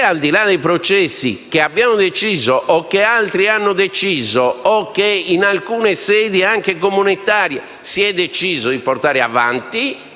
al di là dei processi che abbiamo deciso, che altri hanno deciso o che in alcune sedi anche comunitarie si è deciso di portare avanti